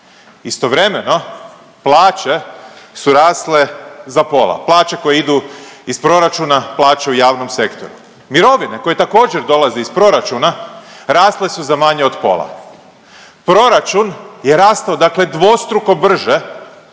Istovremeno, plaće su rasle za pola, plaće koje idu iz proračuna, plaće u javnom sektoru. Mirovine koje također, dolaze iz proračuna rasle su za manje od pola. Proračun je rastao dakle dvostruko brže